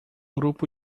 grupo